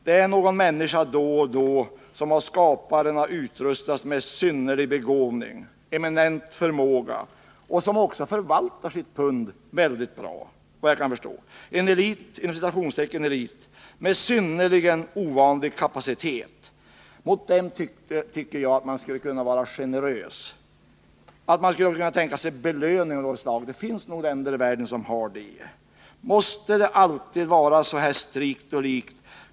Det händer då och då att någon människa av Skaparen utrustas med synnerlig begåvning, med en eminent förmåga, och också förvaltar sitt pund väl. Mot en sådan ”elit” med synnerligen ovanlig kapacitet tycker jag att man skulle kunna vara generös. Man borde kunna tänka sig en belöning av något slag — det finns nog länder i världen där detta förekommer. Måste allting alltid vara så strikt?